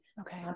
Okay